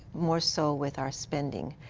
more so with our spending.